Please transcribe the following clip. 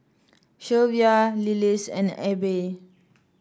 Shelvia Lillis and Abe